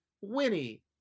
Winnie